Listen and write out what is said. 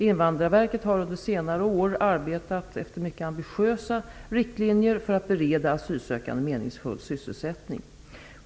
Invandrarverket har under senare år arbetat efter mycket ambitiösa riktlinjer för att bereda asylsökande meningsfull sysselsättning.